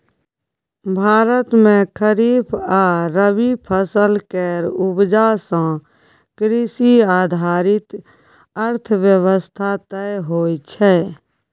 भारत मे खरीफ आ रबी फसल केर उपजा सँ कृषि आधारित अर्थव्यवस्था तय होइ छै